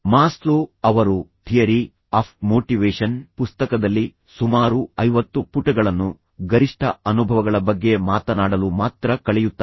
Maslow ಅವರು theory of motivation ಪುಸ್ತಕದಲ್ಲಿ ಸುಮಾರು 50 ಪುಟಗಳನ್ನು ಗರಿಷ್ಠ ಅನುಭವಗಳ ಬಗ್ಗೆ ಮಾತನಾಡಲು ಮಾತ್ರ ಕಳೆಯುತ್ತಾರೆ